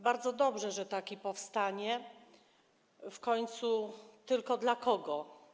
Bardzo dobrze, że taki powstanie w końcu, tylko dla kogo?